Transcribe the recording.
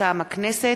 מטעם הכנסת,